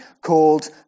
called